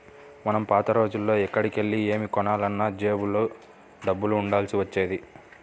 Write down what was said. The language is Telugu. మనం పాత రోజుల్లో ఎక్కడికెళ్ళి ఏమి కొనాలన్నా జేబులో డబ్బులు ఉండాల్సి వచ్చేది